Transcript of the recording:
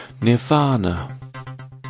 Nirvana